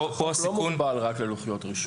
אבל החוק לא מוגבל רק ללוחות רישוי.